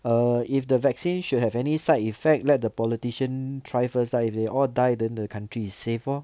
err if the vaccine should have any side effect let the politician all die first lah if they all die then the country safe lor